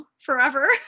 forever